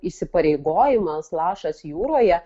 įsipareigojimas lašas jūroje